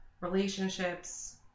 relationships